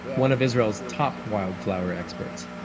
but one of israel's top wildflower experts.